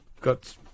got